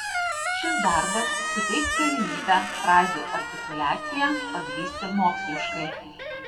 šis darbas suteiks galimybę frazių artikuliaciją pagrįsti moksliškai